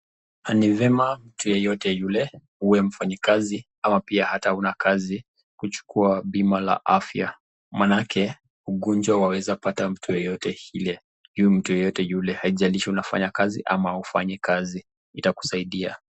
Ni vema mtu yeyote yule uwe mfanyikazi ama pia hata hauna kazi kuchukua bima la afya. Maanake ugonjwa waweza pata mtu yeyote ile. Yule mtu yeyote yule haijalishi unafanya kazi ama haufanyi kazi itakusaidia.